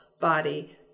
body